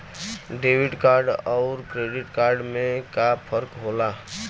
Debit card अउर credit card में का फर्क होला?